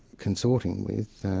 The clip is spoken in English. consorting with,